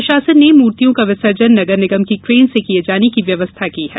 प्रशासन ने मूर्तियों का विसर्जन नगर निगम की क्रेन से किए जाने की व्यवस्था की है